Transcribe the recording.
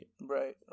right